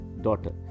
daughter